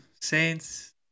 Saints